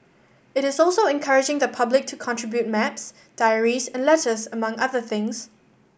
it is also encouraging the public to contribute maps diaries and letters among other things